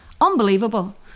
Unbelievable